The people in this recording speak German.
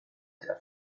der